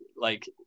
like-